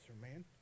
man